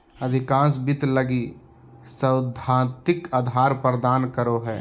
अधिकांश वित्त लगी सैद्धांतिक आधार प्रदान करो हइ